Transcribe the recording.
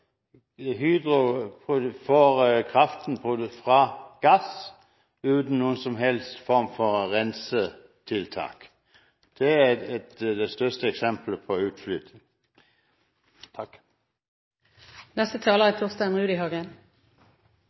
kraften fra gass, uten noen som helst form for rensetiltak. Det er det største eksemplet på